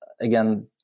again